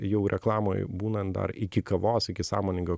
jau reklamoj būnant dar iki kavos iki sąmoningo